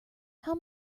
how